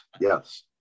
Yes